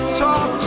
talk